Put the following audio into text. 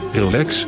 relax